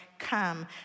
come